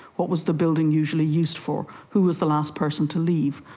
what was the building usually used for, who was the last person to leave,